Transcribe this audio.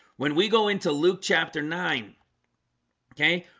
when we go into luke chapter nine okay,